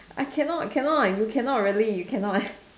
I cannot cannot you cannot really you cannot